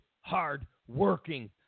hard-working